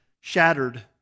shattered